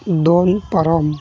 ᱫᱚᱱ ᱯᱟᱨᱚᱢ